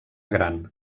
gran